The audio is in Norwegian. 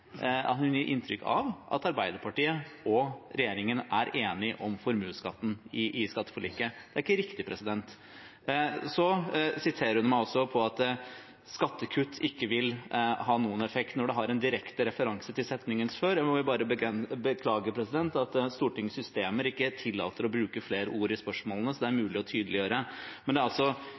inntrykk av at Arbeiderpartiet og regjeringen er enige om formuesskatten i skatteforliket. Det er ikke riktig. Så siterer hun meg også på at skattekutt ikke vil ha noen effekt – når det har en direkte referanse til setningen før. Da må jeg bare beklage at Stortingets systemer ikke tillater å bruke flere ord i spørsmålene, slik at det er mulig å tydeliggjøre. Det er altså